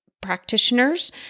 practitioners